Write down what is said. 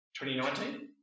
2019